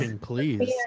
please